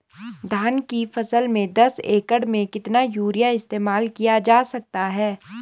धान की फसल में दस एकड़ में कितना यूरिया इस्तेमाल किया जा सकता है?